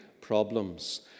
problems